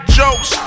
jokes